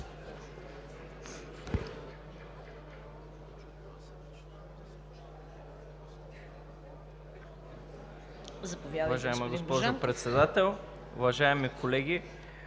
Уважаема госпожо Председател, уважаеми колеги!